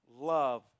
love